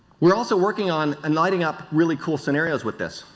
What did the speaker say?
we are also working on and lining up really cool scenarios with this.